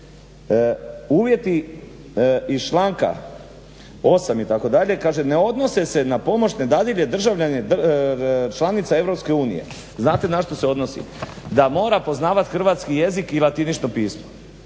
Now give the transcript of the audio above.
Uvjeti iz članka i 8 itd. ne odnose se na pomoćne dadilje, državljane članica EU. Znate na što se odnosi, da mora poznavati hrvatski jezik i latinično pismo.